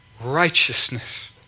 righteousness